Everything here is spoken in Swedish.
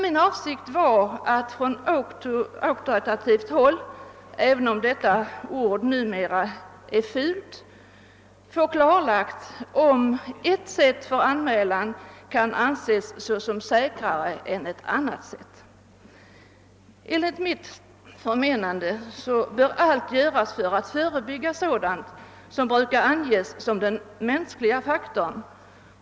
Min avsikt var att från auktoritativt håll — även om detta begrepp numera för många har ful innebörd — få klarlagt om ett visst sätt att inlämna en anmälan kan anses som säkrare än ett annat. Enligt mitt förmenande bör allt göras för att eliminera risker för sådana misstag, som brukar anges vara beroende av den mänskliga faktorn.